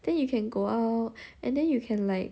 then you can go out and then you can like